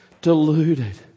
Deluded